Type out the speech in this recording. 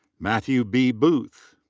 matthew b. booth.